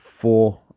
four